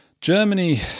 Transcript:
Germany